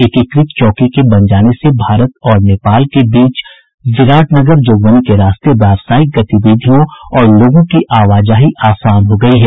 एकीकृत चौकी के बन जाने से भारत और नेपाल के बीच बिराट नगर जोगबनी के रास्ते व्यवसायिक गतिविधियों और लोगों की आवाजाही आसान हो गयी है